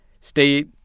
stay